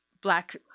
Black